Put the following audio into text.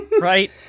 Right